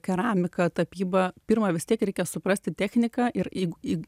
keramika tapyba pirma vis tiek reikia suprasti techniką ir į